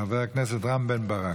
חבר הכנסת רם בן ברק.